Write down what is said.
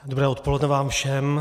Dobré odpoledne vám všem.